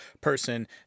person